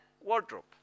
wardrobe